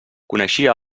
coneixia